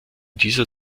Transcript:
dieser